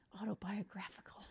autobiographical